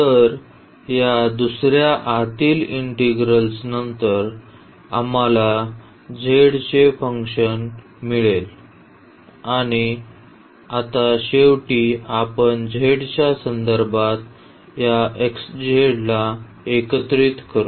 तर या दुसऱ्या आतील इंटिग्रल नंतर आम्हाला z चे काही फंक्शन मिळेल आणि आता शेवटी आपण z च्या संदर्भात या xz ला एकत्रित करू